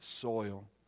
soil